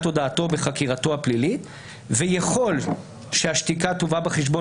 הודעתו בחקירתו הפלילית ויכול שהשתיקה תובא בחשבון